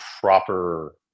proper